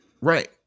right